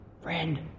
friend